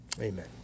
Amen